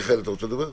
אתמול בלילה,